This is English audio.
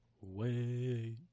Wait